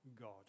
God